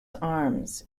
arms